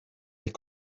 est